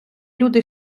люди